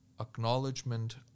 acknowledgement